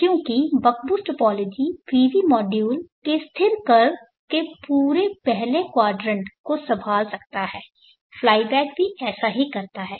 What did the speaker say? क्योंकि buck boost topology PV module के स्थिर कर्व के पूरे पहले क्वाड्रेंट को संभाल सकता है फ्लाई बैक भी ऐसा ही कर सकता है